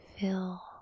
fill